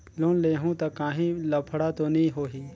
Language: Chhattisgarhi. लोन लेहूं ता काहीं लफड़ा तो नी होहि?